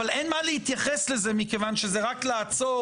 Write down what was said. אבל אין מה להתייחס לזה מכיוון שזה רק לעצור